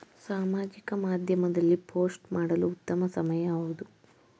ಸಾಮಾಜಿಕ ಮಾಧ್ಯಮದಲ್ಲಿ ಪೋಸ್ಟ್ ಮಾಡಲು ಉತ್ತಮ ಸಮಯ ಯಾವುದು?